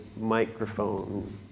microphone